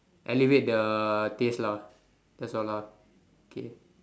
elevate the taste lah that's all lah okay